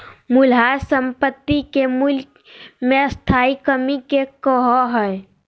मूल्यह्रास संपाति के मूल्य मे स्थाई कमी के कहो हइ